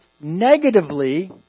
negatively